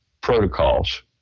Protocols